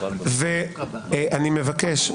אני מבקש,